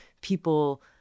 people